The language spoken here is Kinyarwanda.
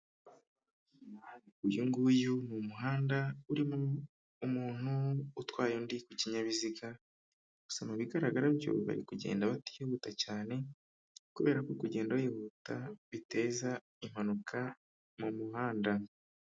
Uyu nguyu ni umuhanda urimo umuntu utwaye undi ku kinyabiziga, gusa mu bigaragara byo bari kugenda batihuta cyane, kubera ko kugenda wihuta biteza impanuka mu muhanda.